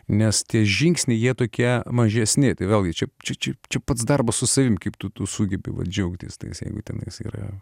nes tie žingsniai jie tokie mažesni tai vėlgi čia čia čia čia pats darbas su savim kaip tu tu sugebi džiaugtis tais jeigu tenais yra